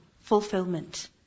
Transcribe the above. fulfillment